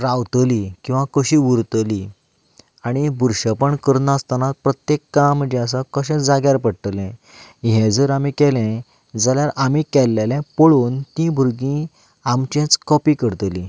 रावतलीं किंवा कशीं उरतलीं आनी बुरशेंपण करना आसतना प्रत्येक काम जें आसा कशें जाग्यार पडटलें हें जर आमी केलें जाल्यार आमी केल्लें पळोवन तीं भुरगीं आमचेंच कॉपी करतलीं